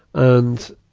and,